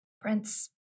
Prince